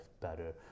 better